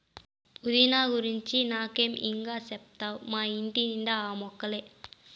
పుదీనా గురించి నాకే ఇం గా చెప్తావ్ మా ఇంటి నిండా ఆ మొక్కలే